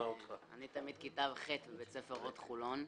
אני תלמיד כיתה ח' בבית ספר אורט חולון.